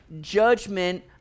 judgment